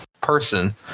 person